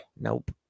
Nope